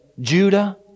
Judah